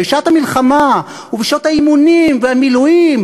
בשעת המלחמה ובשעות האימונים והמילואים,